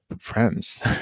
friends